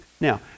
now